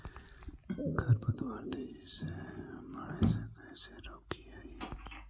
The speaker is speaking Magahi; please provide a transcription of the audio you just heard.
खर पतवार के तेजी से बढ़े से कैसे रोकिअइ?